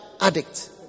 addict